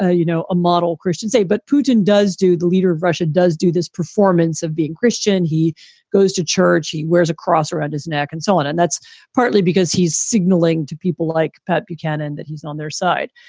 ah you know, a model, christians say. but putin does do the leader of russia does do this performance of being christian. he goes to church, he wears a cross around his neck and so on. and that's partly because he's signaling to people like pat buchanan that he's on their side.